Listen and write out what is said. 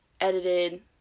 edited